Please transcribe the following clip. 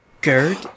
Gerd